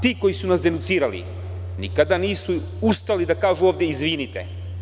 Ti koji su nas denucirali nikada nisu ustali da kažu ovde izvinite.